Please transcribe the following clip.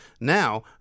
Now